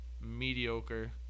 mediocre